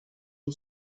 who